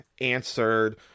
answered